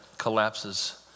collapses